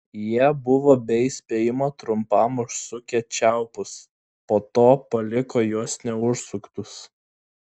jie buvo be įspėjimo trumpam užsukę čiaupus po to paliko juos neužsuktus